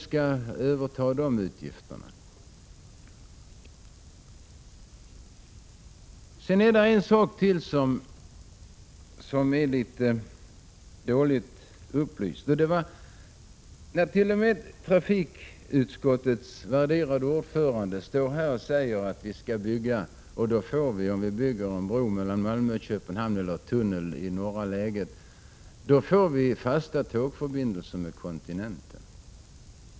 Det finns ytterligare en fråga som är mycket dåligt belyst. T.o.m. trafikutskottets värderade ordförande står här och säger att vi om vi bygger en bro mellan Malmö och Köpenhamn eller en tunnel i det norra läget får fasta förbindelser med kontinenten.